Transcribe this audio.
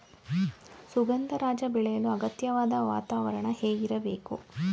ಸುಗಂಧರಾಜ ಬೆಳೆಯಲು ಅಗತ್ಯವಾದ ವಾತಾವರಣ ಹೇಗಿರಬೇಕು?